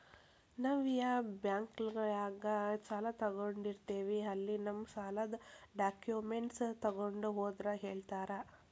ನಾವ್ ಯಾ ಬಾಂಕ್ನ್ಯಾಗ ಸಾಲ ತೊಗೊಂಡಿರ್ತೇವಿ ಅಲ್ಲಿ ನಮ್ ಸಾಲದ್ ಡಾಕ್ಯುಮೆಂಟ್ಸ್ ತೊಗೊಂಡ್ ಹೋದ್ರ ಹೇಳ್ತಾರಾ